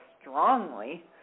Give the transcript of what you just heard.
strongly